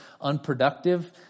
unproductive